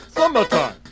Summertime